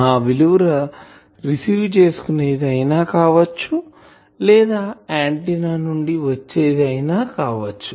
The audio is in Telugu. ఆ విలువ రిసీవ్ చేసుకునేది అయినా కావచ్చు లేదా ఆంటిన్నానుండి వచ్చేది అయినా కావచ్చు